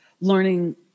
learning